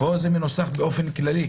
פה זה מנוסח באופן כללי,